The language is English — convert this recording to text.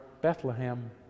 Bethlehem